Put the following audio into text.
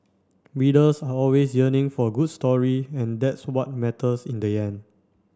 readers are always yearning for a good story and that's what matters in the end